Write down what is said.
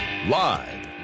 Live